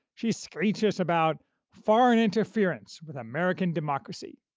she screeches about foreign interference with american democracy.